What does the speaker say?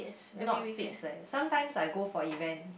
not fixed leh sometimes I go for event